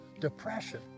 depression